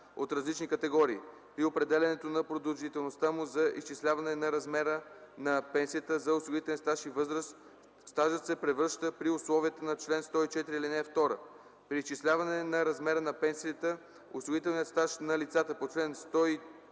от различни категории, при определянето на продължителността му за изчисляване на размера на пенсията за осигурителен стаж и възраст, стажът се превръща при условията на чл. 104, ал. 2. При изчисляване на размера на пенсията осигурителният стаж на лицата по чл. 104,